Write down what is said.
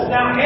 Now